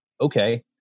okay